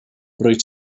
rwyt